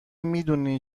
میدونی